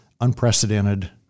unprecedented